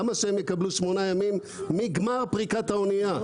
למה שהם יקבלו שמונה ימים מגמר פריקת האנייה,